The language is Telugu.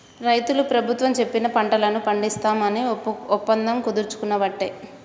రైతులు ప్రభుత్వం చెప్పిన పంటలను పండిస్తాం అని ఒప్పందం కుదుర్చుకునబట్టే